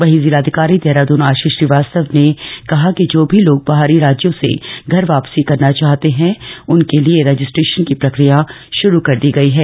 वहीं जिलाधिकारी देहराद्न आशीष श्रीवास्तव ने कहा कि जो भी लोग बाहरी राज्यों से घर वापसी करना चाहते है उनके लिए रजिस्टेशन की प्रक्रिया शुरू कर दी गयी है